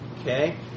Okay